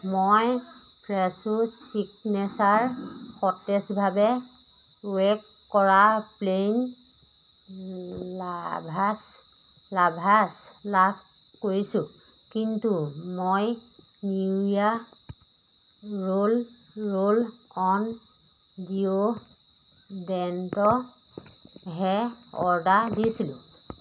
মই Fresho signature সতেজভাৱে bake কৰা প্লেইন লাভাছ লাভাছ লাভ কৰিছোঁ কিন্তু মই নিভিয়া ৰোল ৰোল অন ডিঅ'ড্ৰেণ্টহে অৰ্ডাৰ দিছিলোঁ